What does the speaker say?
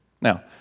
Now